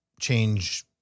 change